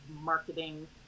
marketing